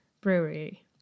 Brewery